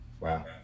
Wow